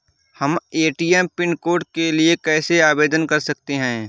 हम ATM pin code के लिए कैसे आवेदन कर सकते हैं?